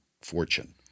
fortune